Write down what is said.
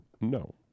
No